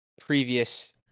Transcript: previous